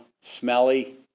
smelly